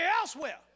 elsewhere